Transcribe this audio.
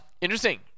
Interesting